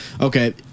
Okay